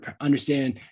understand